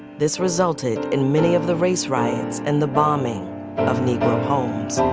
this resulted in many of the race riots and the bombing of negro homes